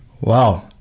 Wow